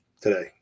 today